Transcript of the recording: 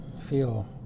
feel